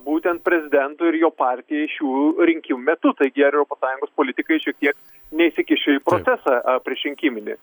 būtent prezidentui ir jo partijai šių rinkimų metu taigi ar europos sąjungos politikai šiek tiek neįsikiš į procesą priešrinkiminį